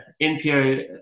NPO